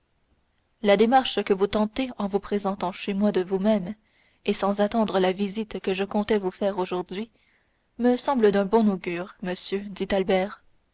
la démarche que vous tentez en vous présentant chez moi de vous-même et sans attendre la visite que je comptais vous faire aujourd'hui me semble d'un bon augure monsieur dit albert